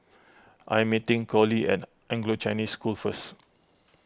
I am meeting Coley at Anglo Chinese School first